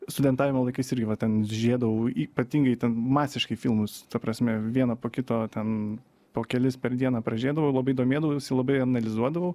sudentavimo laikais irgi va ten žiedavau ypatingai ten masiškai filmus ta prasme vieną po kito ten po kelis per dieną pražėdavau labai domėjausi labai analizuodavau